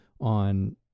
on